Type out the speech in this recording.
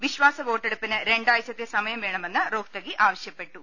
വിശ്വാസ വോട്ടെടുപ്പിന് രണ്ടാഴ്ചത്തെ സമയം വേണമെന്ന് റോഹ്ത്തഗി ആവശ്യപ്പെട്ടു